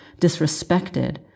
disrespected